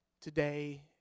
today